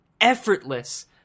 effortless